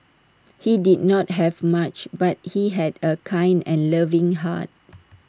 he did not have much but he had A kind and loving heart